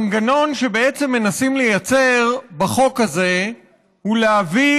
המנגנון שבעצם מנסים לייצר בחוק הזה הוא להביא